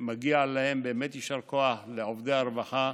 מגיע להם באמת יישר כוח, לעובדי הרווחה.